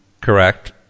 correct